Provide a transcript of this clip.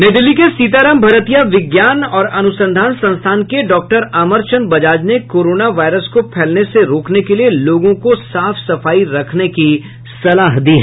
नई दिल्ली के सीताराम भरतिया विज्ञान और अनुसंधान संस्थान के डॉक्टर अमरचंद बजाज ने कोरोना वायरस को फैलने से रोकने के लिए लोगों को साफ सफाई रखने की सलाह दी है